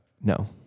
No